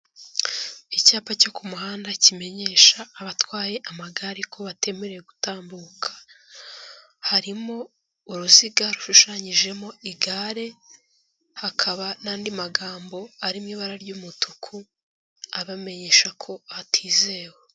Icyapa cyo ku muhanda kimenyesha abatwaye amagare ko batemerewe gutambuka, harimo uruziga rushushanyijemo igare, hakaba n'andi magambo ari mu ibara ry'umutuku abamenyeshako hatizewe.